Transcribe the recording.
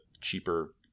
cheaper